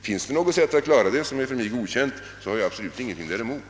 Finns det något annat sätt — för mig okänt — att klara detta, har jag absolut inte någonting däremot.